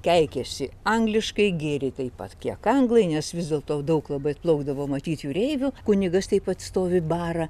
keikėsi angliškai gėrė taip pat kiek anglai nes vis dėlto daug labai atplaukdavo matyt jūreivių kunigas taip pat stovi bara